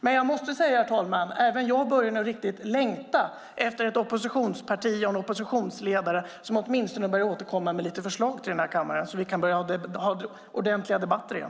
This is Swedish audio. Men jag måste säga, herr talman, att även jag nu börjar riktigt längta efter ett oppositionsparti och en oppositionsledare som åtminstone börjar återkomma med lite förslag till den här kammaren så att vi kan börja ha ordentliga debatter igen.